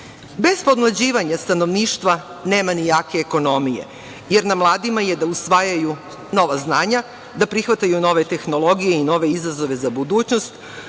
podmlađivanja stanovništva nema ni jake ekonomije, jer na mladima je da usvajaju nova znanja, da prihvataju nove tehnologije i nove izazove za budućnost,